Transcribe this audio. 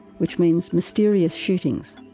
which means mysterious shootings.